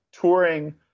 touring